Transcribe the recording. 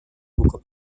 buku